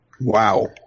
Wow